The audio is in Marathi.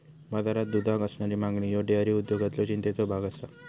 बाजारात दुधाक असणारी मागणी ह्यो डेअरी उद्योगातलो चिंतेचो भाग आसा